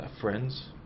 friends